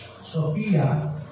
Sophia